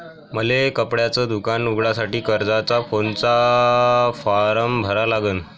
मले कपड्याच दुकान उघडासाठी कर्जाचा कोनचा फारम भरा लागन?